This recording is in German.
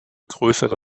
größere